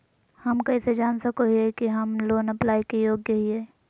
हम कइसे जान सको हियै कि हम लोन अप्लाई के योग्य हियै?